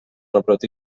rebrot